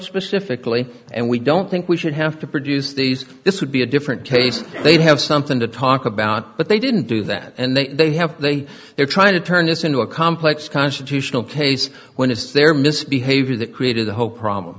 specifically and we don't think we should have to produce these this would be a different case they'd have something to talk about but they didn't do that and they they have they they're trying to turn this into a complex constitutional case when it's their misbehavior that created the hope problem